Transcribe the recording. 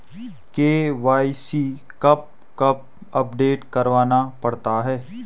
KYC कब कब update करवाना पड़ता है?